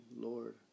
Lord